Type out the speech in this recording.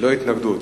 ללא התנגדות.